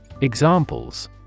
Examples